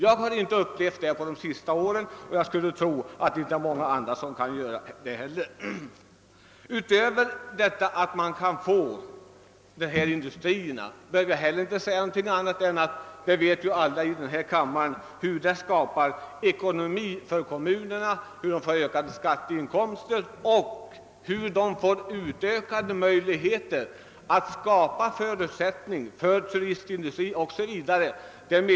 Jag har inte upplevt detta under de senaste åren, och jag skulle inte tro att några andra har gjort det heller. Jag behöver i denna kammare inte påpeka att det skapar en bättre ekonomi för kommunerna om de på detta sätt kan dra till sig industrier; de får ökade skatteinkomster och de får ökade möjligheter att skapa förutsättningar för en turistindustri.